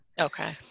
Okay